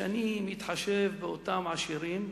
שאני מתחשב באותם עשירים?